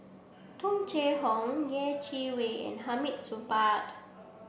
Tung Chye Hong Yeh Chi Wei and Hamid Supaat